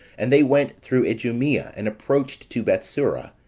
and they went through idumea, and approached to bethsura,